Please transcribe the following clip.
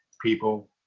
People